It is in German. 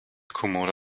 kommode